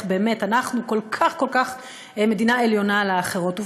באמת אנחנו כל כך כל כך מדינה עליונה על האחרות.